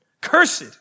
Cursed